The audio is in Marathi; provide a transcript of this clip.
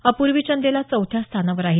अपूर्वी चंदेला चौथ्या स्थानावर आहे